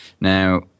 Now